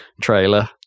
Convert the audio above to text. trailer